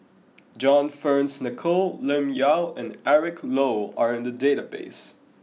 John Fearns Nicoll Lim Yau and Eric Low are in the database